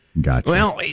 Gotcha